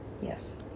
yes